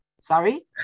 sorry